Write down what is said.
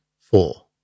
four